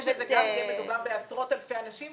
אנחנו חושבים שמדובר בעשרות אלפי אנשים,